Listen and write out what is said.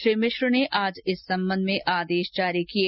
श्री मिश्र ने आज इस संबंध में आदेश जारी किये